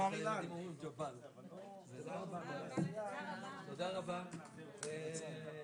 תודה רבה על תרומתך,